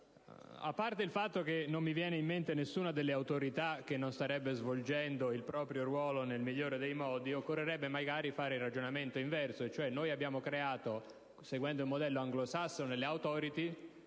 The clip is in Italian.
a parte il fatto che non mi viene in mente nessuna delle autorità che non starebbe svolgendo il proprio ruolo nel migliore dei modi, occorrerebbe magari fare il ragionamento inverso: noi abbiamo creato, seguendo il modello anglosassone, le *Authority*,